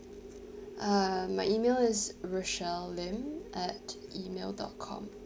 uh my email is rochelle lim at email dot com